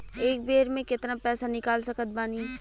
एक बेर मे केतना पैसा निकाल सकत बानी?